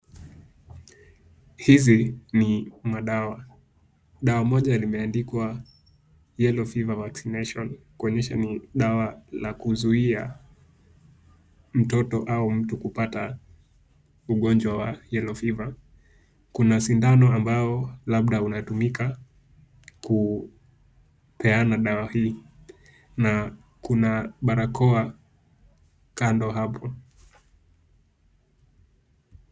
Hizi ni madawa, dawa moja limeandikwa yellow fever vaccination kuonyesha ni dawa la kuzuia mtoto au mtu kupata ugonjwa wa yellow fever . Kuna sindano ambao labda unatumika kupeana dawa hii na kuna barakoa kando hapo.